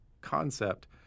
concept